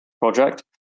project